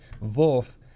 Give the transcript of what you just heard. Wolf